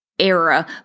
Era